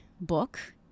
book